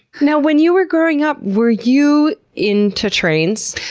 you know when you were growing up were you into trains?